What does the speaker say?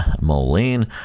Moline